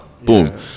boom